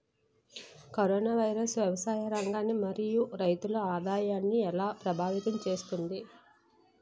Corona virus వ్యవసాయ రంగాన్ని మరియు రైతుల ఆదాయాన్ని ఎలా ప్రభావితం చేస్తుంది?